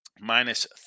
Minus